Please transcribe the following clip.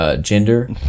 Gender